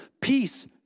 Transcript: peace